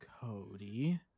Cody